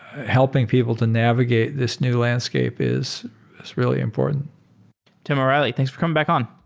helping people to navigate this new landscape is really important tim, o'reilly, thanks for coming back on.